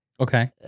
Okay